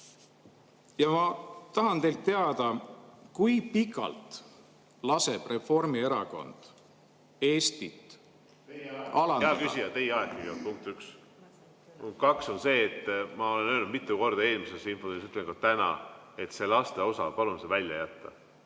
Ja ma tahan teilt teada, kui pikalt laseb Reformierakond Eestit alandada ... Hea küsija, teie aeg, kõigepealt, punkt üks. Punkt kaks on see, et ma olen öelnud mitu korda eelmises infotunnis, ütlen ka täna, et palun see laste osa välja jätta.